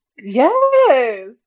Yes